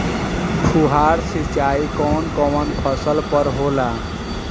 फुहार सिंचाई कवन कवन फ़सल पर होला?